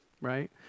right